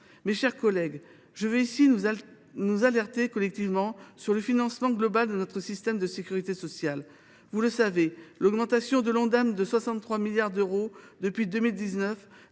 Mes chers collègues, je veux ici vous alerter collectivement sur le financement global de notre système de sécurité sociale. Vous le savez, l’augmentation de 63 milliards d’euros de